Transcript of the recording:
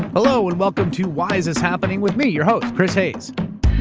hello and welcome to why is this happening with me, your host chris hayes.